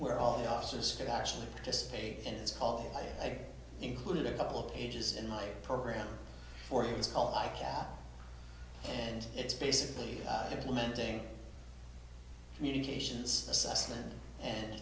where all the officers could actually participate in this call i included a couple of pages in my program for you it's called life and it's basically implementing communications assessment and